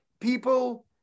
People